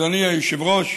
אדוני היושב-ראש,